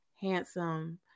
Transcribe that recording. handsome